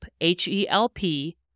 H-E-L-P